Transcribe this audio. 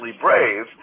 brave –